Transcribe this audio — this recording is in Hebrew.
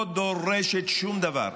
לא דורשת שום דבר.